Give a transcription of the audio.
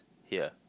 here